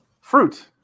fruit